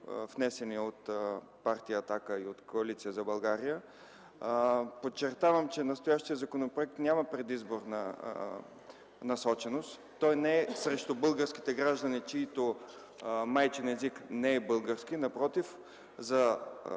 внесени от Партия „Атака” и от Коалиция за България. Подчертавам, че настоящият законопроект няма предизборна насоченост. Той не е срещу българските граждани, чиито майчин език не е български. Напротив, за